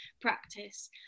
practice